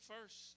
first